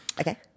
Okay